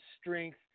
strength